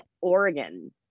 Oregon